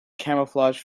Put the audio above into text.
camouflage